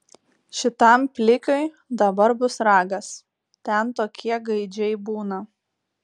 šitam plikiui dabar bus ragas ten tokie gaidžiai būna